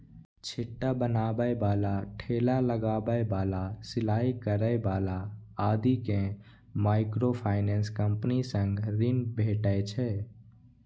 छिट्टा बनबै बला, ठेला लगबै बला, सिलाइ करै बला आदि कें माइक्रोफाइनेंस कंपनी सं ऋण भेटै छै